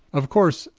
of course,